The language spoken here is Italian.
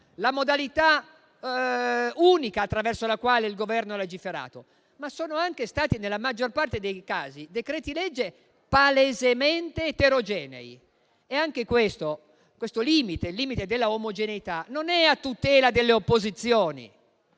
la modalità unica attraverso la quale il Governo ha legiferato, ma sono anche stati nella maggior parte dei casi decreti-legge palesemente eterogenei. Anche il limite, quello della omogeneità, è a tutela non delle opposizioni,